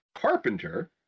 carpenter